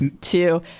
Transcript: two